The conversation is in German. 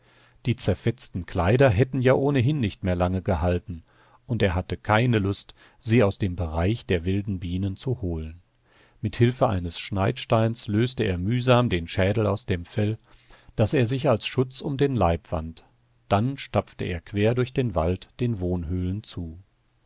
die zerfetzten kleider hätten ja ohnehin nicht mehr lange gehalten und er hatte keine lust sie aus dem bereich der wilden bienen zu holen mit hilfe eines schneidsteins löste er mühsam den schädel aus dem fell das er sich als schutz um den leib wand dann stapfte er quer durch den wald den wohnhöhlen zu